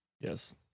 yes